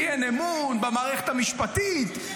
כי אין אמון במערכת המשפטית,